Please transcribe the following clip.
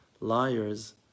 liars